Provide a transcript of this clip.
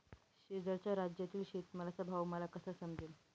शेजारच्या राज्यातील शेतमालाचा भाव मला कसा समजेल?